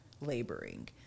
laboring